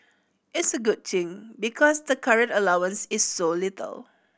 it's a good thing because the current allowance is so little